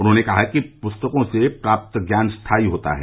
उन्होंने कहा कि पुस्तकों से प्राप्त ज्ञान स्थायी होता है